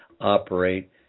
operate